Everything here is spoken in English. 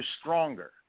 stronger